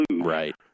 right